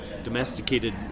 domesticated